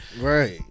Right